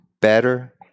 better